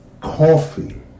coffee